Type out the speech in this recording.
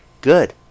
good